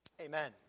Amen